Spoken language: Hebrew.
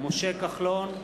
משה כחלון,